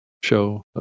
show